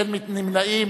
אין נמנעים.